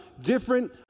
different